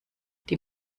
die